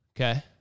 Okay